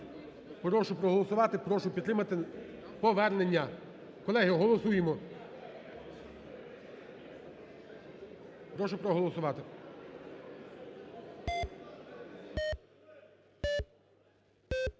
Прошу проголосувати, прошу підтримати повернення. Колеги, голосуємо. Прошу проголосувати.